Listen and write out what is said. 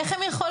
איך הן יכולות?